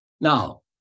Now